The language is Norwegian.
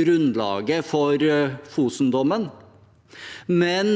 grunnlaget for Fosen-dommen, men